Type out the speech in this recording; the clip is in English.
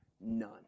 None